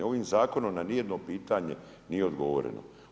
Ovim zakonom na nijedno pitanje nije odgovoreno.